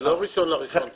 זה לא ה-1 לינואר 2019,